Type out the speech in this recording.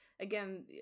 again